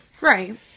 Right